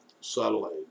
satellite